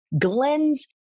Glenn's